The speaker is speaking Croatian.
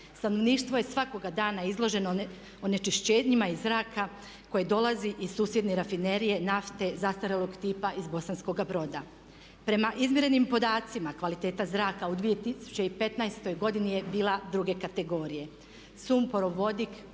Stanovništvo je svakoga dana izloženo onečišćenima iz zraka koje dolazi i susjedne rafinerije nafte zastarjelog tipa iz Bosanskoga Broda. Prema izmjerenim podacima kvaliteta zraka u 2015. godini je bila druge kategorije.